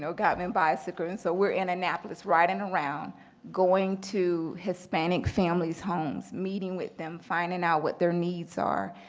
so got me a bicycle. and so we're in annapolis riding around going to hispanic families' homes, meeting with them, finding out what their needs are,